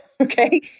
Okay